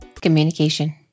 communication